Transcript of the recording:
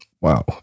wow